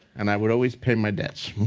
and i would always pay my debts.